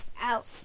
out